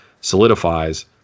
solidifies